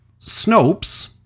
Snopes